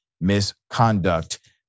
misconduct